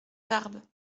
tarbes